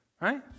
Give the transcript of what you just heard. right